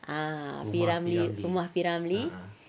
ah P ramlee um P ramlee